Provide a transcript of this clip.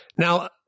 Now